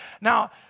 Now